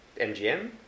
MGM